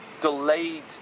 delayed